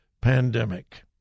pandemic